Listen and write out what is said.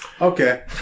Okay